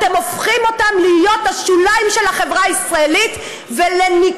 אתם הופכים אותם להיות השוליים של החברה הישראלית ולניכור.